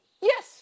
Yes